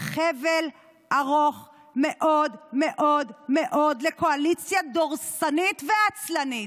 חבל ארוך מאוד מאוד מאוד לקואליציה דורסנית ועצלנית.